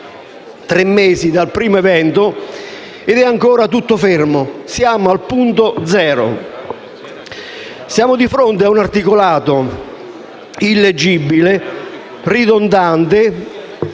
tre mesi dal primo evento ed è ancora tutto fermo: siamo ancora al punto zero. Siamo di fronte a un articolato illeggibile, ridondante,